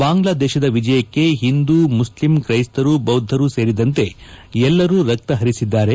ಬಾಂಗ್ಲಾದೇಶದ ವಿಜಯಕ್ಕೆ ಹಿಂದೂ ಮುಸ್ಲಿಂ ತ್ರೈಸ್ತರು ಬೌದ್ದರು ಸೇರಿದಂತೆ ಎಲ್ಲರೂ ರಕ್ತ ಹರಿಸಿದ್ದಾರೆ